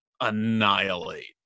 annihilate